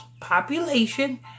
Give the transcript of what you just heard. population